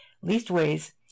Leastways